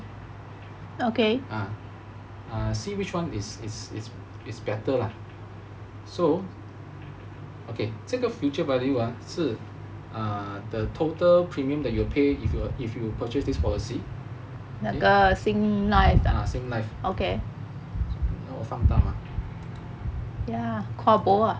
ah see which one is is is is better lah so okay 这个 future value ah 是 err the total premium that you will pay if you if you purchase this policy singlife 要放大 mah